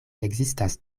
ekzistas